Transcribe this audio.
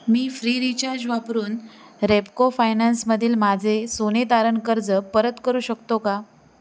मी free recharge वापरून रेपको फायनान्समधील माझे सोने तारण कर्ज परत करू शकतो का